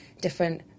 different